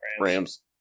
Rams